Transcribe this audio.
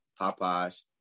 Popeyes